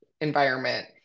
environment